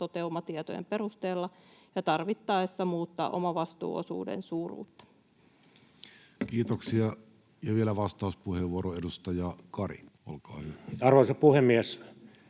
toteumatietojen perusteella ja tarvittaessa muuttaa omavastuuosuuden suuruutta. Kiitoksia. — Ja vielä vastauspuheenvuoro, edustaja Kari, olkaa hyvä. Arvoisa puhemies!